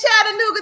Chattanooga